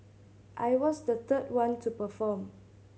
I was the third one to perform